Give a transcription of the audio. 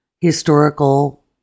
historical